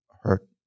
hurt